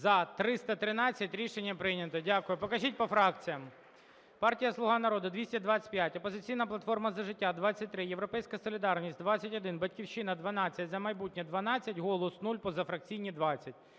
За-313 Рішення прийнято. Дякую. Покажіть по фракціям. Партія "Слуга народу" – 225, ""Опозиційна платформа – За життя" – 23, "Європейська солідарність" – 21, "Батьківщина" – 12, "За майбутнє" – 12, "Голос" – 0, позафракційні – 20.